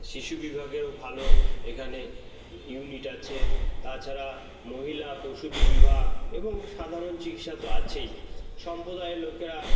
শিশু বিভাগেও ভালো এখানে ইউনিট আছে তাছাড়া মহিলা প্রসূতি বিভাগ এবং সাধারণ চিকিৎসা তো আছেই সম্প্রদায়ের লোকেরা